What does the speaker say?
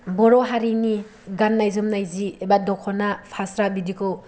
बर' हारिनि गाननाय जोमनाय जि एबा दखना फास्रा बिदिखौ